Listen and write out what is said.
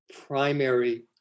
primary